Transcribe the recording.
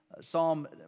Psalm